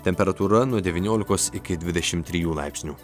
temperatūra nuo devyniolikos iki dvidešim trijų laipsnių